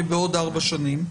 בעוד ארבע שנים,